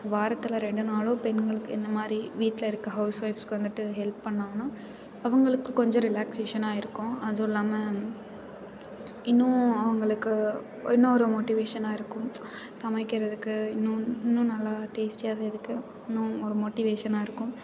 வாரத்தில் ரெண்டு நாளோ பெண்கள் என்னமாதிரி வீட்டில் இருக்க ஹவுஸ் ஒய்ஃப்ஸ்க்கு வந்துவிட்டு ஹெல்ப் பண்ணாங்கன்னா அவங்களுக்கு கொஞ்சம் ரிலாக்சேஷன்னாக இருக்கும் அதுவும் இல்லாமல் இன்னும் அவங்களுக்கு இன்னும் ஒரு மோட்டிவேஷன்னாக இருக்கும் சமைக்கறதுக்கு இன்னும் இன்னும் நல்லா டேஸ்டியாக செய்யறக்கு இன்னும் ஒரு மோட்டிவேஷன்னாக இருக்கும்